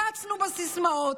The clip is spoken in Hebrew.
קצנו בסיסמאות,